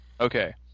Okay